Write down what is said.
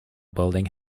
building